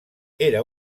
era